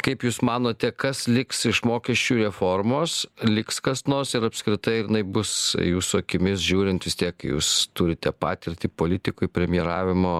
kaip jūs manote kas liks iš mokesčių reformos liks kas nors ir apskritai ar jinai bus jūsų akimis žiūrint vis tiek jūs turite patirtį politikoj premjeravimo